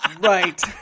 Right